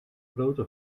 grote